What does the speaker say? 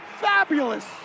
fabulous